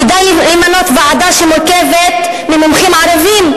כדאי למנות ועדה שמורכבת ממומחים ערבים,